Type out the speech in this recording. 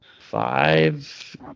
Five